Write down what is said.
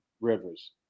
Rivers